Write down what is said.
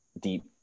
deep